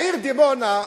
העיר דימונה,